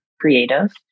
creative